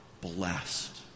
blessed